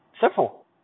Simple